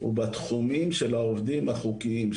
הוא בתחומים של העובדים החוקיים,